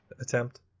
attempt